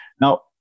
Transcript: Now